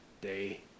day